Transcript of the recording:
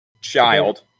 child